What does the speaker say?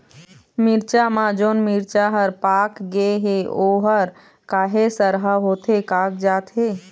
मिरचा म जोन मिरचा हर पाक गे हे ओहर काहे सरहा होथे कागजात हे?